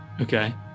Okay